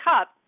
cup